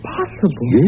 possible